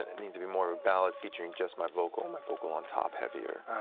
and it needed to be more of a ballad featuring just my vocal, my vocal on top heavier,